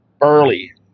early